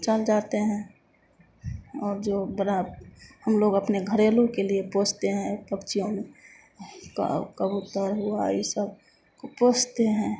चल जाते हैं और जो बड़ा हम लोग अपने घरेलू के लिए पोसते हैं ऊ पक्षियों में का कबूतर हुआ ये सब को पोसते हैं